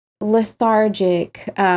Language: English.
lethargic